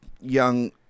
young